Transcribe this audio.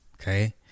okay